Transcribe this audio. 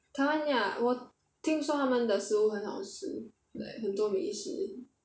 台湾 ya 我听说他们的食物很好吃 like 很多美食